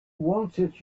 wanted